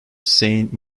saint